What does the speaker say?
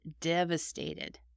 devastated